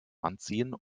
anziehen